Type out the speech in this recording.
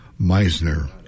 Meisner